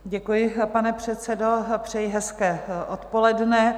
Děkuji, pane předsedo, a přeji hezké odpoledne.